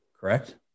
correct